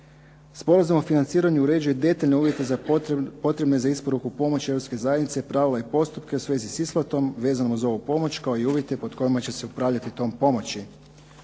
Sporazum o financiranju uređuje detaljne uvjete potrebne za isporuku pomoći Europske zajednice, prava i postupke u svezi s isplatom vezano uz ovu pomoć kao i uvjete pod kojima će se to upravljati tom pomoći.